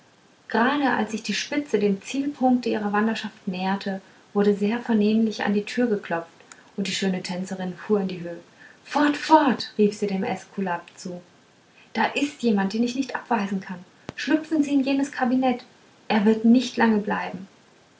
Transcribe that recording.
grade als sich die spitze dem zielpunkte ihrer wanderschaft näherte wurde sehr vernehmlich an die tür geklopft und die schöne tänzerin fuhr in die höh fort fort rief sie dem äskulap zu da ist jemand den ich nicht abweisen kann schlüpfen sie in jenes kabinett er wird nicht lange bleiben